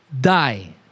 die